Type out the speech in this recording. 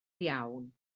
iawn